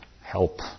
Help